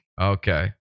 Okay